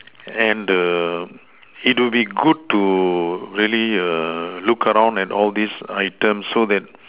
and it will be good to really look around at all these items so that